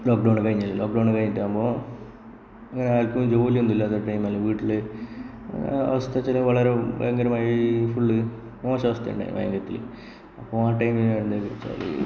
lockdown കഴിഞ്ഞല്ല lockdown കഴിഞ്ഞിട്ടാകുമ്പോൽ ഇങ്ങനെ ആർക്കും ജോലി ഒന്നും ഇല്ലാത്ത ടൈം അല്ലേ വീട്ടില് അവസ്ഥ എന്ന് വച്ചാല് വളരെ ഭയങ്കരമായി ഫുള്ള് മോശംഅവസ്ഥയുണ്ടായി ഭയങ്കരത്തില് അപ്പോൾ ആ ടൈമില് ഞാൻ എന്താക്കി എന്നു വെച്ചാല്